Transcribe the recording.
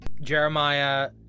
Jeremiah